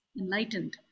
enlightened